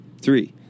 Three